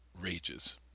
rages